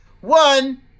one